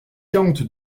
quarante